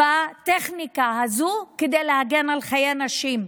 בטכניקה הזו כדי להגן על חיי נשים.